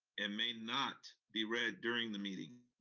and may not be read during the meeting.